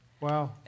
Wow